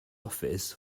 office